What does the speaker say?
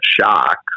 shock